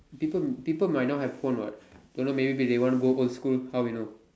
people people might not have phone what don't know maybe they want go to school how you know